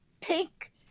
pink